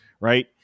right